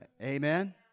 Amen